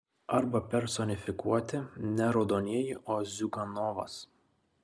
arba personifikuoti ne raudonieji o ziuganovas